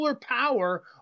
power